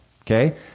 Okay